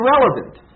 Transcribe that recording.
irrelevant